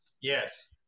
Yes